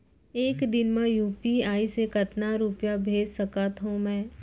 एक दिन म यू.पी.आई से कतना रुपिया भेज सकत हो मैं?